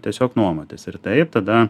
tiesiog nuomotis ir taip tada